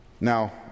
Now